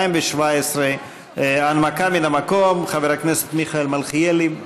התשע"ז 2017. הנמקה מן המקום חבר הכנסת מיכאל מלכיאלי,